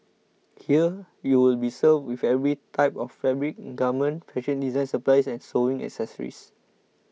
here you will be served with every type of fabric garment fashion design supplies and sewing accessories